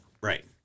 Right